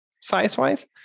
size-wise